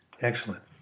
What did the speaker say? Excellent